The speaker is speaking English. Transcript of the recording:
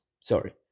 Sorry